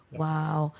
wow